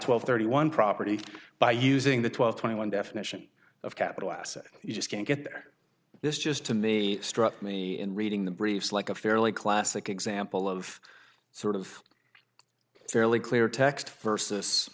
twelve thirty one property by using the twelve twenty one definition of capital asset you just can't get there this just to me struck me in reading the briefs like a fairly classic example of of sort fairly clear text